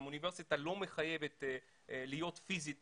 גם האוניברסיטה לא מחייבת להיות פיזית